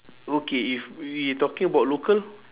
okay if you talking about local